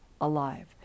alive